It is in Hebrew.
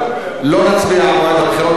לא נצביע על מועד הבחירות היום.